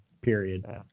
period